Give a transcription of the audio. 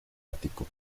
ático